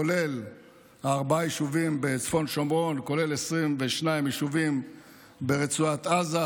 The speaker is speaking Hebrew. כולל ארבעה יישובים בצפון השומרון וכולל 22 ישובים ברצועת עזה.